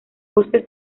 bosques